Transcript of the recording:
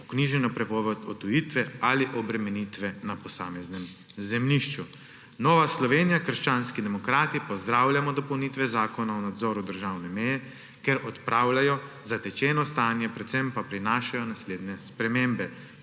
vknjiženo prepoved odtujitve ali obremenitve na posameznem zemljišču. Nova Slovenija – krščanski demokrati pozdravljamo dopolnitve Zakona o nadzoru državne meje, ker odpravljajo zatečeno stanje, predvsem pa prinašajo naslednje spremembe.